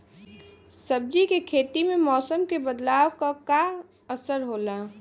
सब्जी के खेती में मौसम के बदलाव क का असर होला?